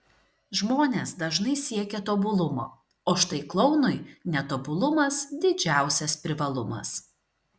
žmonės dažnai siekia tobulumo o štai klounui netobulumas didžiausias privalumas